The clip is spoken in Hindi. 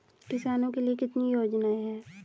किसानों के लिए कितनी योजनाएं हैं?